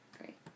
great